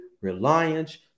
reliance